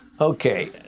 Okay